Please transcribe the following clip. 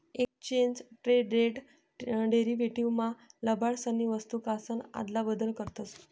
exchange traded derivatives मा लबाडसनी वस्तूकासन आदला बदल करतस